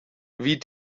wie